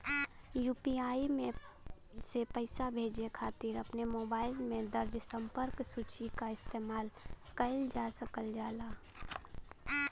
UPI से पइसा भेजे खातिर अपने मोबाइल में दर्ज़ संपर्क सूची क इस्तेमाल कइल जा सकल जाला